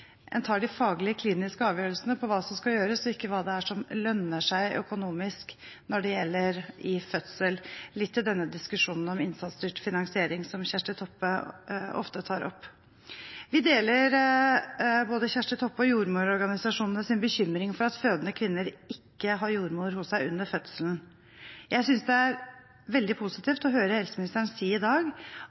en tar de faglige, kliniske avgjørelsene om hva som skal gjøres, og ikke hva det er som lønner seg økonomisk når det gjelder fødsel – litt til diskusjonen om innsatsstyrt finansiering, som Kjersti Toppe ofte tar opp. Vi deler både Kjersti Toppes og jordmororganisasjonenes bekymring for at fødende kvinner ikke har jordmor hos seg under fødselen. Jeg synes det er veldig positivt å høre helseministeren si i dag